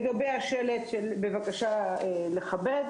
לגבי השלט של "בבקשה לכבד",